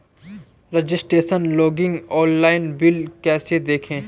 Registration login online bill कैसे देखें?